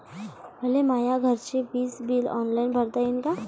मले माया घरचे विज बिल ऑनलाईन भरता येईन का?